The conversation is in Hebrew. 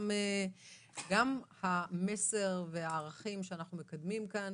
גם המסר והערכים שאנחנו מקדמים כאן